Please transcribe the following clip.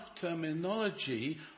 terminology